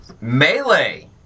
Melee